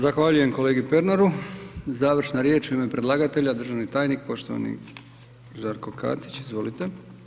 Zahvaljujem kolegi Pernaru, završna riječ, u ime predlagatelja, državni tajnik poštovani Žarko Katić, izvolite.